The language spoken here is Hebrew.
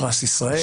פרס ישראל.